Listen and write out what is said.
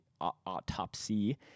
Autopsy